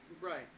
Right